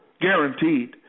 guaranteed